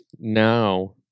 now